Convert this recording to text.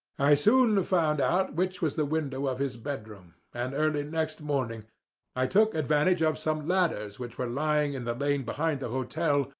i soon found out which was the window of his bedroom, and early next morning i took advantage of some ladders which were lying in the lane behind the hotel,